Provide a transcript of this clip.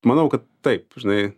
manau kad taip žinai